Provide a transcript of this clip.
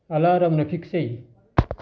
అలారంను fix చేయి